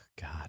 God